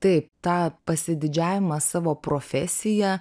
taip tą pasididžiavimą savo profesija